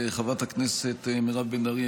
חברת הכנסת מירב בן ארי,